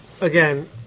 Again